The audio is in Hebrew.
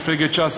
מפלגת ש"ס,